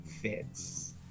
fits